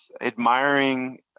admiring